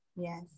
Yes